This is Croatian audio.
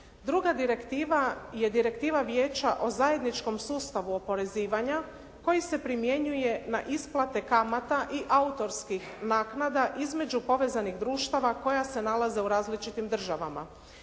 Druga direktiva je Direktiva Vijeća o zajedničkom sustavu oporezivanja, koji se primjenjuje na isplate kamata i autorskih naknada između povezanih društava koja se nalaze u različitim državama.